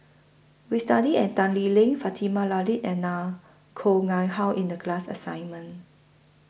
We studied At Tan Lee Leng Fatimah Late and La Koh Nguang How in The class assignment